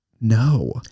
No